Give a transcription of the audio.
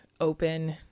open